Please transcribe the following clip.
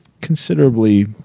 considerably